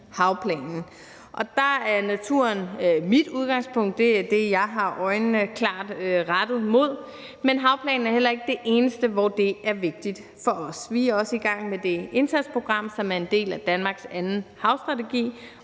Og der er naturen mit udgangspunkt og det, jeg har øjnene klart rettet mod, men havplanen er heller ikke det eneste område, hvor det er vigtigt for os. Vi er også i gang med det indsatsprogram, som er en del af Danmarks anden havstrategi